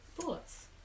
Thoughts